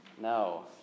No